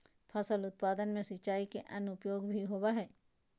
फसल उत्पादन में सिंचाई के अन्य उपयोग भी होबय हइ